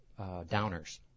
downers